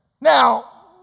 Now